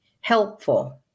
helpful